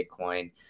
Bitcoin